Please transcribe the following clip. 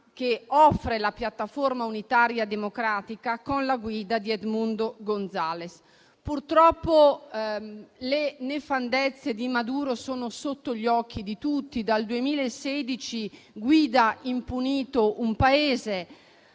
che offre la Piattaforma unitaria democratica con la guida di Edmundo González. Purtroppo, le nefandezze di Maduro sono sotto gli occhi di tutti. Dal 2016 guida impunito un Paese,